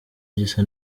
gisa